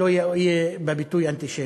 בביטוי "אנטישמי".